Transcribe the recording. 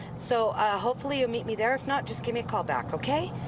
so hopefully you'll meet me there. if not just give me a call back, ok?